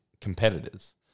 competitors